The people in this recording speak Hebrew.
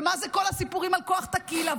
ומהם כל הסיפורים על כוח טקילה,